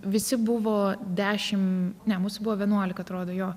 visi buvo dešimt ne mūsų buvo vienuolika atrodo jo